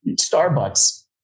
Starbucks